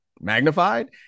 magnified